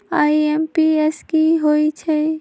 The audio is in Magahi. आई.एम.पी.एस की होईछइ?